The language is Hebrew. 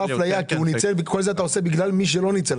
את כל זה אתה עושה בגלל מי שלא ניצל.